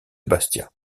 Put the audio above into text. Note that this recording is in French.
bastia